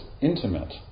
intimate